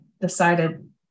decided